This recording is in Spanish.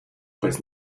pues